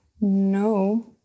No